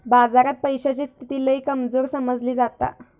बाजारात पैशाची स्थिती लय कमजोर समजली जाता